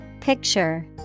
Picture